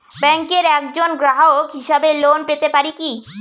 ব্যাংকের একজন গ্রাহক হিসাবে লোন পেতে পারি কি?